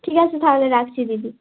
ঠিক আছে তাহলে রাখছি দিদি